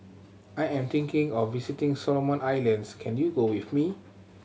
I am thinking of visiting Solomon Islands can you go with me